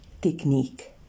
technique